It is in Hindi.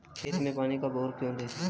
खेत में पानी कब और क्यों दें?